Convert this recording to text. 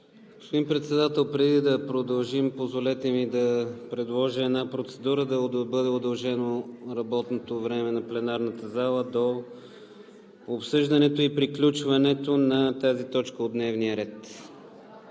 Господин Председател, преди да продължим, позволете ми да предложа процедура да бъде удължено работното време на пленарната зала до обсъждането и приключването на тази точка от дневния ред.